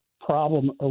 problem